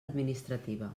administrativa